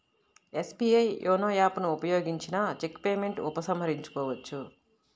SBI YONO app ను ఉపయోగించిన cheque payment ఉపసంహరించుకోవచ్చు